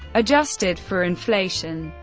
adjusted for inflation,